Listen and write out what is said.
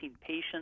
patients